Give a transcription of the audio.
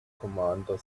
commander